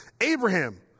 Abraham